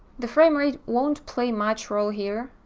the framerate won't play much role here,